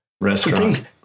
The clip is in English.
Restaurant